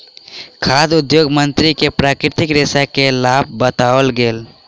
खाद्य उद्योग मंत्री के प्राकृतिक रेशा के लाभ बतौल गेल